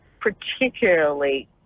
particularly